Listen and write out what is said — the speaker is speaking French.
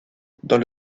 dans